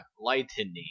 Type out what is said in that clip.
Lightning